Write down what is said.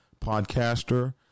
Podcaster